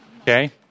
Okay